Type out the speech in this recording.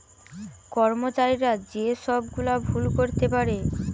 কর্মচারীরা যে সব গুলা ভুল করতে পারে